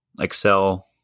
Excel